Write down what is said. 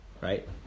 right